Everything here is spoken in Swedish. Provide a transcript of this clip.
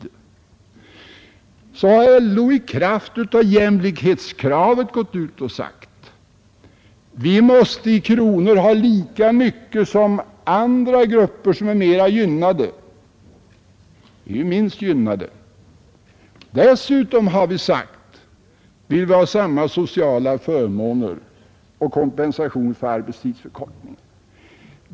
Landsorganisationen har i kraft av jämlikhetskravet gått ut och sagt: Vi måste i kronor ha lika mycket som andra grupper som är mera gynnade; vi är ju minst gynnade. Dessutom vill vi ha samma sociala förmåner och kompensation för arbetstidsförkortningen.